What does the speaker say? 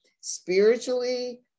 spiritually